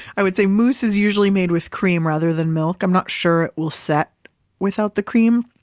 i would say mousse is usually made with cream rather than milk. i'm not sure it will set without the cream,